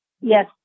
yes